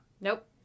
Nope